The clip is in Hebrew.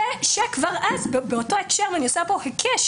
כבר בדיונים אז ואני עושה פה היקש